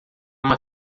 uma